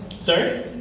Sorry